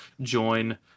join